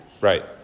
Right